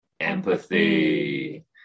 empathy